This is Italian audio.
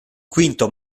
quinto